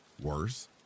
Worse